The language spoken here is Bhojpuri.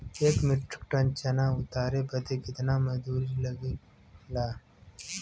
एक मीट्रिक टन चना उतारे बदे कितना मजदूरी लगे ला?